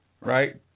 right